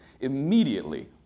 Immediately